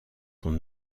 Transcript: son